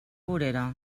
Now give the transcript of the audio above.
vorera